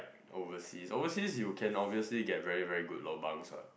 overseas overseas you can obviously get very very good lobangs what